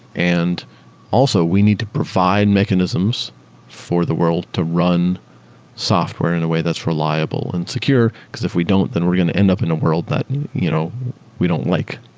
and also, we need to provide mechanisms for the world to run software in a way that's reliable and secure, because if we don't, then we're going to end up in a world that you know we don't like.